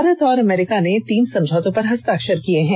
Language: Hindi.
भारत और अमरीका ने तीन समझौतों पर हस्ताक्षर किये हैं